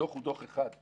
הדוח הוא דוח אחד,